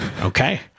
Okay